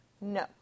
No